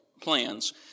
plans